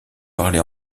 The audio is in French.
parlé